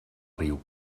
riu